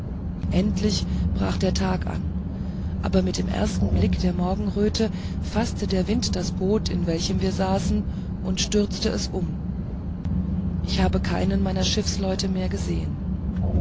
endlich brach der tag an aber mit dem ersten blick der morgenröte faßte der wind das boot in welchem wir saßen und stürzte es um ich habe keinen meiner schiffsleute mehr gesehen